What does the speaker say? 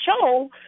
show